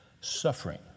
Suffering